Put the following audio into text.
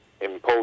imposed